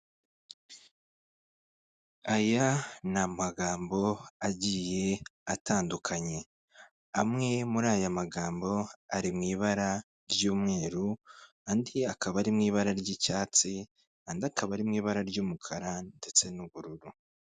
Aya ni amagambo agiye atandukanye, amwe muri aya magambo ari mu ibara ry'umweru, andi akaba ari mu ibara ry'icyatsi, andi akaba ari mu ibara ry'umukara ndetse n'ubururu.